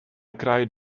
cried